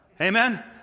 Amen